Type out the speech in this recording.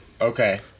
Okay